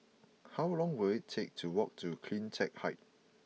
how long will it take to walk to Cleantech Height